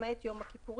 למעט יום הכיפורים,